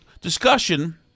discussion